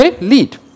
lead